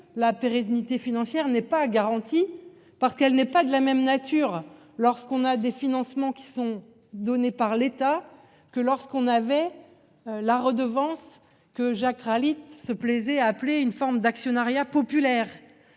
la pérennité financière n'est pas garantie parce qu'elle n'est pas de la même nature. Lorsqu'on a des financements qui sont données par l'État que lorsqu'on avait. La redevance que Jack Ralite se plaisait à appeler une forme d'actionnariat populaire